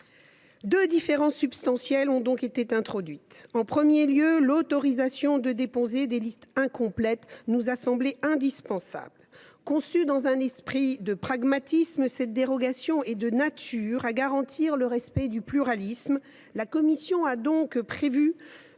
Deux apports substantiels ont donc été introduits. En premier lieu, l’autorisation de déposer des listes incomplètes nous a semblé indispensable. Conçue dans un esprit de pragmatisme, cette dérogation est de nature à garantir le respect du pluralisme. Aussi la commission a t elle prévu